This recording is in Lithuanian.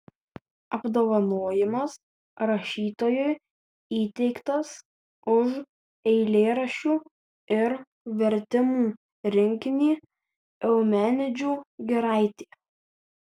apdovanojimas rašytojui įteiktas už eilėraščių ir vertimų rinkinį eumenidžių giraitė